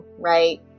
right